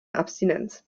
abstinenz